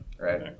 right